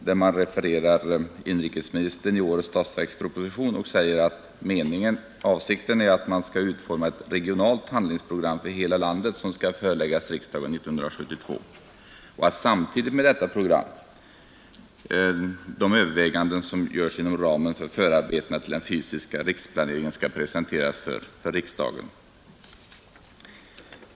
Där refererar man inrikesministern i årets statsverksproposition och säger att ”avsikten är att utforma ett regionalt handlingsprogram för hela landet som skall föreläggas riksdagen under år 1972”. Samtidigt med detta program kommer ”övervägandena inom ramen för förarbetena till den fysiska riksplaneringen att presenteras för riksdagen”.